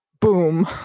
boom